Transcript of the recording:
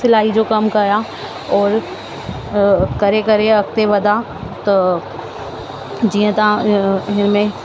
सिलाई जो कमु कयां और करे करे अॻिते वधां जीअं तव्हां हिन में